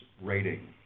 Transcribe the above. rating